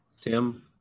Tim